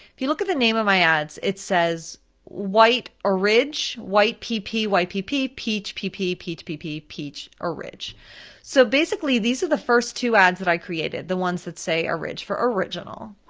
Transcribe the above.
if you look at the name of my ads, it says white orig, white pp, white pp, peach pp, peach pp, peach orig. so basically these are the first two ads that i created, the ones that say orig for original,